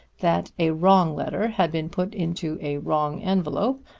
that a wrong letter had been put into a wrong envelope,